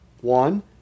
one